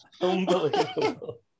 Unbelievable